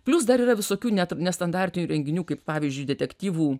plius dar yra visokių net nestandartinių renginių kaip pavyzdžiui detektyvų